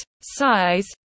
size